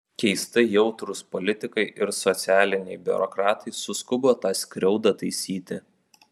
keistai jautrūs politikai ir socialiniai biurokratai suskubo tą skriaudą taisyti